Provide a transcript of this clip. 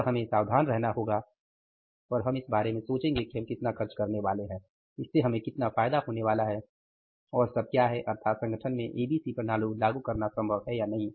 अतः हमें सावधान रहना होगा और हम इस बारे में सोचेंगे कि हम कितना खर्च करने वाले हैं इससे हमें कितना फायदा होने वाला है और सब क्या है अर्थात संगठन में एबीसी प्रणाली लागू करना संभव है या नहीं